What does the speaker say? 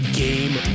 game